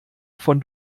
von